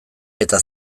eta